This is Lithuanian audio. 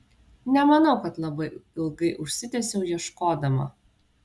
nemanau kad labai ilgai užtęsiau ieškodama